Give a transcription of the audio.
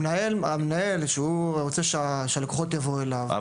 מנהל שהוא רוצה שהלקוחות יבואו אליו,